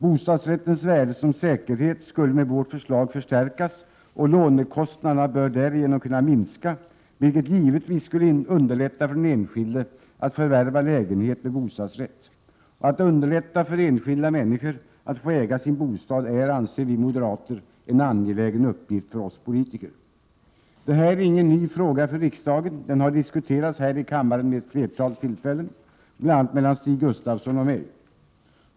Bostadsrättens värde som säkerhet skulle med vårt förslag förstärkas, och lånekostnaderna bör därigenom kunna minska, vilket givetvis skulle underlätta för den enskilde att förvärva lägenhet med bostadsrätt. Och att underlätta för enskilda människor att få äga sin bostad är, anser vi moderater, en angelägen uppgift för oss politiker. Det här är ingen ny fråga för riksdagen. Den har diskuterats i kammaren vid ett flertal tillfälien, bl.a. mellan Stig Gustafsson och mig.